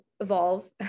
evolve